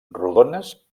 rodones